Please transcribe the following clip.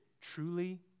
truly